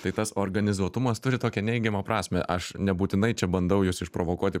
tai tas organizuotumas turi tokią neigiamą prasmę aš nebūtinai čia bandau jus išprovokuoti